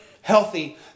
healthy